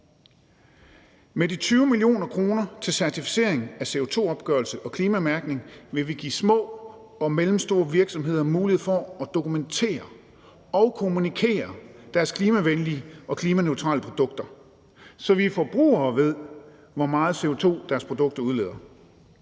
Med de 20 mio. kr. til certificering af CO2-opgørelse og klimamærkning vil vi give små og mellemstore virksomheder mulighed for at dokumentere og kommunikere deres klimavenlige og klimaneutrale produkter, så vi forbrugere ved, hvor meget CO2 deres produkter udleder.